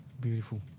Beautiful